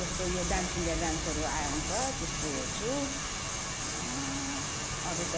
जस्तो यो dance India डान्सहरू आउँछ त्यस्तो हेर्छु अरू त